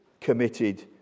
committed